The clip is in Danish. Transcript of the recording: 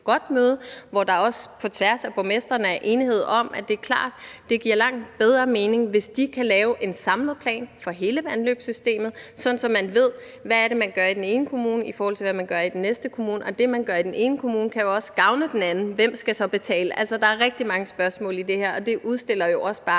godt møde, hvor der også mellem borgmestrene er enighed om, at det er klart, at det giver langt bedre mening, hvis de kan lave en samlet plan for hele vandløbssystemet, sådan at man ved, hvad det er, man gør i den ene kommune i forhold til, hvad man gør i den næste kommune. Det, man gør i den ene kommune, kan jo også gavne den anden, og hvem skal så betale? Der er rigtig mange spørgsmål i det her, og det udstiller jo også bare,